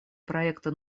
проекта